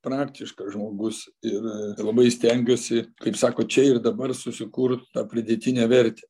praktiškas žmogus ir labai stengiuosi kaip sako čia ir dabar susikurt tą pridėtinę vertę